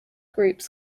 groups